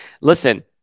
listen